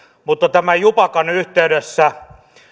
mutta tämän jupakan yhteydessä